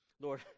Lord